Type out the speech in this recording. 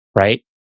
right